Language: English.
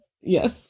Yes